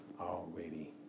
already